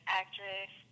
actress